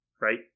right